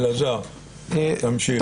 אלעזר, תמשיך.